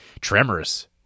Tremors